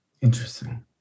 interesting